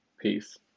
Peace